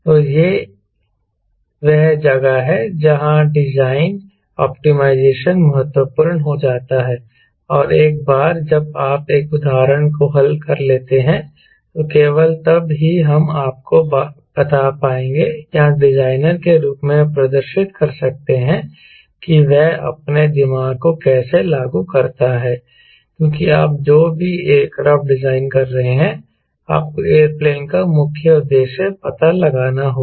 तो यह वह जगह है जहां डिजाइन ऑप्टिमाइजेशन महत्वपूर्ण हो जाता है और एक बार जब आप एक उदाहरण को हल कर लेते हैं तो केवल तब ही हम आपको बता पाएंगे या डिजाइनर के रूप में प्रदर्शित कर सकते हैं की वह अपने दिमाग को कैसे लागू करता है क्योंकि आप जो भी एयरक्राफ्ट डिजाइन कर रहे हैं आपको एयरप्लेन का मुख्य उद्देश्य पता लगाना होगा